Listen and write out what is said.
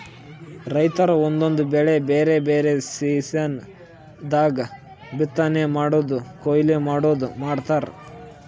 ರೈತರ್ ಒಂದೊಂದ್ ಬೆಳಿ ಬ್ಯಾರೆ ಬ್ಯಾರೆ ಸೀಸನ್ ದಾಗ್ ಬಿತ್ತನೆ ಮಾಡದು ಕೊಯ್ಲಿ ಮಾಡದು ಮಾಡ್ತಾರ್